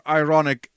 ironic